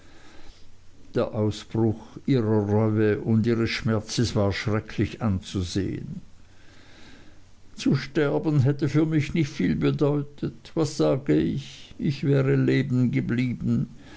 der ausbruch ihrer reue und ihres schmerzes war schrecklich anzusehen zu sterben hätte für mich nicht viel bedeutet was sage ich ich wäre leben geblieben